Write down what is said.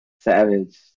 Savage